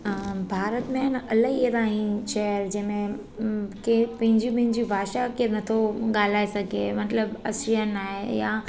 भारत में न अलाई अहिड़ा आहिनि शहर जंहिंमें केरु पंहिंजी पंहिंजी भाषा खे नथो ॻाल्हाए सघे मतलबु अशियन आहे या